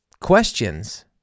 questions